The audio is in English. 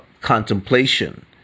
contemplation